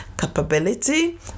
capability